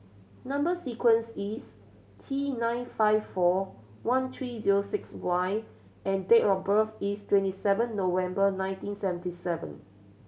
number sequence is T nine five four one three zero six Y and date of birth is twenty seven November nineteen seventy seven